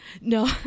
no